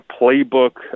playbook